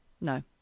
No